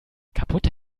kaputte